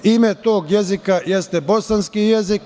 Ime tog jezika jeste bosanski jezik.